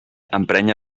emprenya